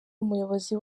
umuyobozi